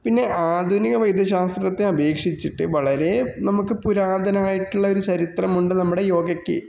പിന്നെ ആധുനിക വൈദ്യശാസ്ത്രത്തെ അപേക്ഷിച്ചിട്ട് വളരെ നമുക്ക് പുരാതനമായിട്ടുള്ള ഒരു ചരിത്രമുണ്ട് നമ്മുടെ യോഗയ്ക്ക്